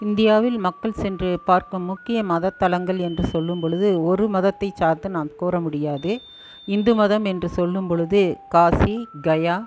இந்தியாவில் மக்கள் சென்று பார்க்கும் முக்கிய மதத்தலங்கள் என்று சொல்லும் பொழுது ஒரு மதத்தை சார்ந்து நாம் கூற முடியாது இந்து மதம் என்று சொல்லும் பொழுது காசி கயா